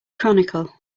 chronicle